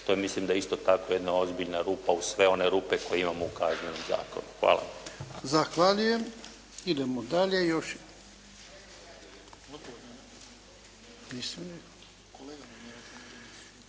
što mislim da isto tako jedna ozbiljna rupa uz sve one rupe koje imamo u Kaznenom zakonu. Hvala.